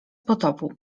potopu